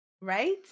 Right